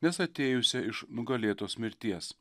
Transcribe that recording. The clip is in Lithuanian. nes atėjusią iš nugalėtos mirties